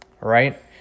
Right